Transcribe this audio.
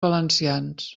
valencians